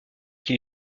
qui